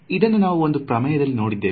ಇದನ್ನು ನಾವು ಒಂದು ಪ್ರಮೇಯದಲ್ಲಿ ನೋಡಿದ್ದೇವೆ